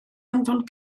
anfon